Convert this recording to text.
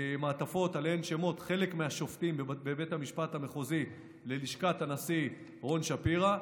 ועליהן שמות של חלק מהשופטים בבית המשפט המחוזי ללשכת הנשיא רון שפירא.